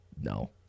No